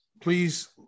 please